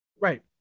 Right